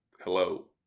hello